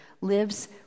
lives